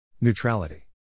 Neutrality